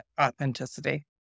authenticity